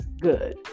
good